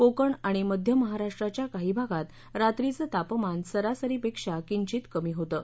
कोकण आणि मध्य महाराष्ट्राच्या काही भागात रात्रीचं तापामान सरसरीपेक्षा किंचित कमी होतं